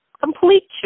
complete